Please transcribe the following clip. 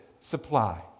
supply